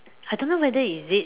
I don't know whether is it